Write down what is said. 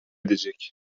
edecek